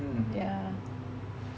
mm